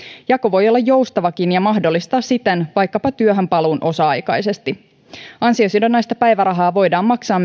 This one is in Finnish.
jako voi olla joustavakin ja mahdollistaa siten vaikkapa työhön paluun osa aikaisesti ansiosidonnaista päivärahaa voidaan maksaa